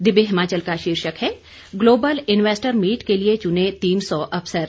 दिव्य हिमाचल का शीर्षक है ग्लोबल इन्वेस्टर मीट के लिए चुने तीन सौ अफसर